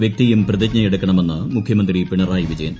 വൃക്തിയും പ്രതിജ്ഞയെടുക്കണമെന്ന് മുഖ്യമന്ത്രി പിണറായി വിജയൻ